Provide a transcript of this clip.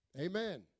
Amen